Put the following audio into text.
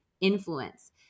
influence